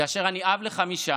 כאשר אני אב לחמישה.